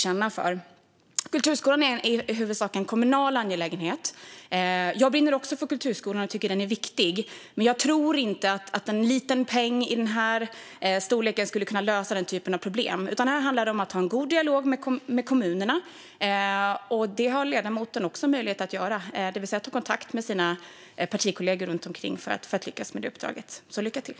Kulturskolan är i huvudsak en kommunal angelägenhet. Jag brinner också för kulturskolan och tycker att den är viktig, men jag tror inte att en liten peng i den storleken löser den typen av problem. Här handlar det om att ha en god dialog med kommunerna, och det har ledamoten en möjlighet att ha. Han kan ta kontakt med sina partikollegor för att lyckas med uppdraget. Lycka till!